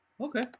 Okay